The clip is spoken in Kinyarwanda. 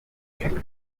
benshi